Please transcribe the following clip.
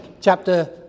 Chapter